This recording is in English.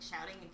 shouting